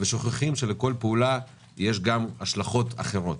ושוכחים שלכל פעולה יש גם השלכות אחרות.